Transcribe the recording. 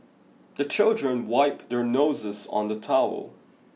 the children wipe their noses on the towel